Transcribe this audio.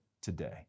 today